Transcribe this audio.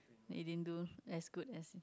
you didn't do as good as